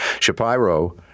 Shapiro